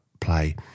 play